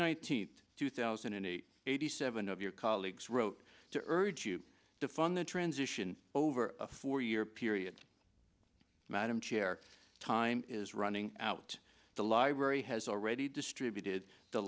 nineteenth two thousand and eight eighty seven of your colleagues wrote to urge you to fund the transition over a four year period madam chair time is running out the library has already distributed the